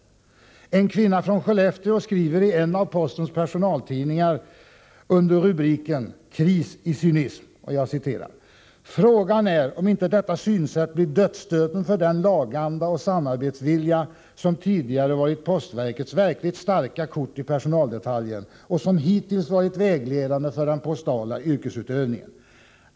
En kvinna från Skellefteå skriver i en av postens personaltidningar under rubriken Kris i cynism: ”Frågan är om inte detta synsätt blir dödsstöten för den laganda och samarbetsvilja som tidigare varit postverkets verkligt starka kort i personaldetaljen, och som hittills varit vägledande för den postala yrkesutövningen.